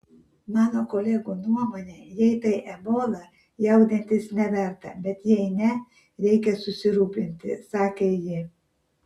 mano kolegų nuomone jei tai ebola jaudintis neverta bet jei ne reikia susirūpinti sakė ji